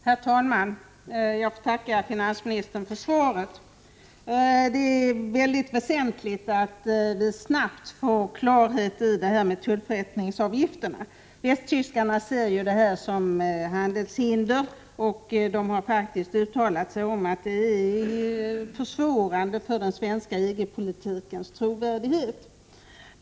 Herr talman! Jag tackar finansministern för svaret. Det är mycket viktigt att snabbt få klarhet i frågan om tullförrättningsavgifterna. Västtyskarna ser dessa avgifter som handelshinder och har uttalat att de minskar den svenska EG-politikens trovärdighet.